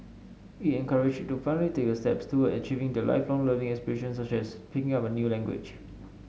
it encouraged to finally take a steps toward achieving their Lifelong Learning aspirations such as picking up a new language